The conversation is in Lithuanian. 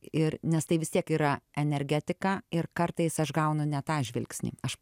ir nes tai vis tiek yra energetika ir kartais aš gaunu ne tą žvilgsnį aš